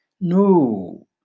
No